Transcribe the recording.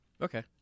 Okay